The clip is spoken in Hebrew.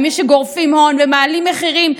ומי שגורפים הון ומעלים מחירים,